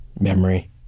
memory